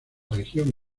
región